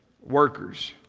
workers